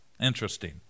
interesting